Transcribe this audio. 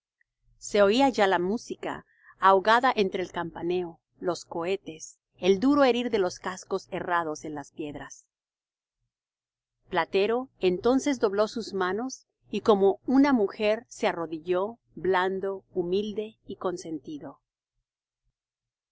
se oía ya la música ahogada entre el campaneo los cohetes el duro herir de los cascos herrados en las piedras platero entonces dobló sus manos y como una mujer se arrodilló blando humilde y consentido